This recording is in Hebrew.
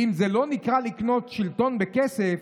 ואם זה לא נקרא לקנות שלטון בכסף,